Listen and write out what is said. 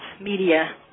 media